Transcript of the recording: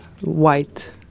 white